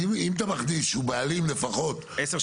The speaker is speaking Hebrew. אז אם אתה מחליט שהוא בעלים לפחות --- 10 שנים,